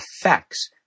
effects